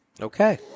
Okay